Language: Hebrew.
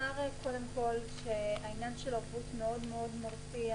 קודם כל שהעניין של ערבות מאוד מרתיע,